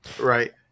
right